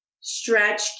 stretch